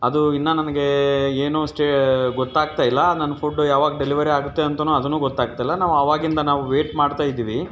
ಅದು ಇನ್ನೂ ನನಗೆ ಏನು ಸ್ಟೇ ಗೊತಾಗ್ತಾಯಿಲ್ಲ ನನ್ನ ಫುಡ್ಡು ಯಾವಾಗ ಡೆಲಿವರಿ ಆಗುತ್ತೆ ಅಂತಲೂ ಅದನ್ನು ಗೊತಾಗ್ತಾಯಿಲ್ಲ ನಾವು ಆವಾಗಿಂದ ನಾವು ವೇಟ್ ಮಾಡ್ತಾಯಿದ್ದೀವಿ